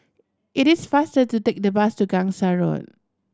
it is faster to take the bus to Gangsa Road